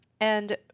and-